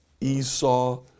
Esau